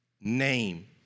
name